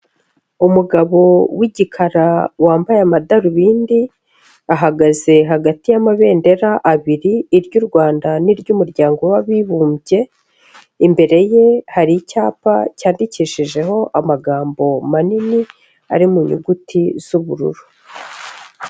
Umugabo w'igikara wambaye amadarubindi ahagaze hagati y'amabendera abiri iry'u Rwanda n'iry'umuryango w'abibumbye, imbere ye hari icyapa cyandikishijeho amagambo manini ari mu nyuguti z'ubururu.